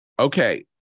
Okay